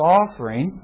offering